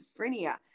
schizophrenia